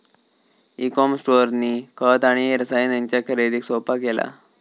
E com स्टोअरनी खत आणि रसायनांच्या खरेदीक सोप्पा केला